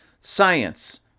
science